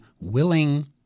willing